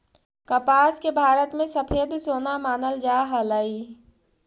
कपास के भारत में सफेद सोना मानल जा हलई